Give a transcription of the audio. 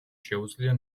შეუძლია